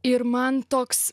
ir man toks